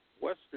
western